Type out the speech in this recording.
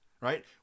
right